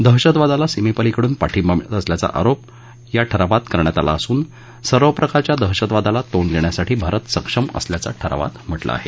दहशतवादाला सीमेपलिकडून पाठिंबा मिळत असल्याचा आरोप या ठरावात करण्यात आला असून सर्व प्रकारच्या दहशतवादाला तोंड देण्यासाठी भारत सक्षम असल्याचं ठरावात म्हटलं आहे